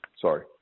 Sorry